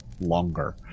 longer